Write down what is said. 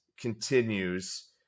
continues